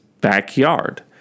backyard